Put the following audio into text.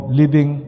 living